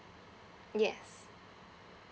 yes